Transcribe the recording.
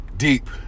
Deep